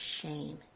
shame